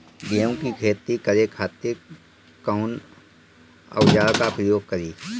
गेहूं के खेती करे खातिर कवन औजार के प्रयोग करी?